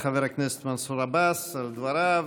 תודה לחבר הכנסת מנסור עבאס על דבריו.